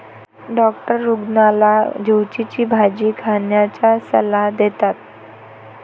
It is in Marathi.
डॉक्टर रुग्णाला झुचीची भाजी खाण्याचा सल्ला देतात